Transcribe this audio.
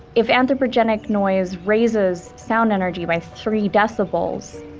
if anthropogenic noise raises sound energy by three decibels,